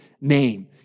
name